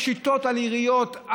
פשיטות על עיריות,